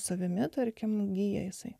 savimi tarkim gyja jisai